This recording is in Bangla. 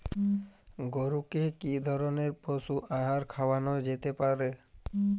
গরু কে কি ধরনের পশু আহার খাওয়ানো যেতে পারে?